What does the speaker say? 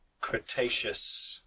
Cretaceous